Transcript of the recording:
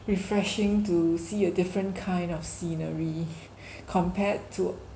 refreshing to see a different kind of scenery compared to